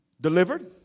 delivered